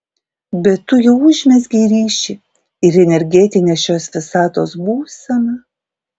bet tu jau užmezgei ryšį ir energetinė šios visatos būsena